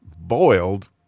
boiled